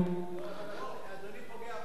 אבל אדוני פוגע בנו.